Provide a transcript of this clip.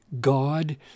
God